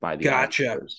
Gotcha